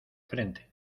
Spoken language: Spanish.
frente